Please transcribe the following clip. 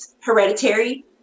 Hereditary